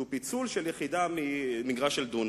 שהוא פיצול של יחידה ממגרש של דונם,